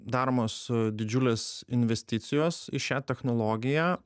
daromos didžiulės investicijos į šią technologiją